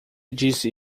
disse